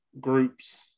groups